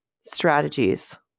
strategies